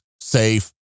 safe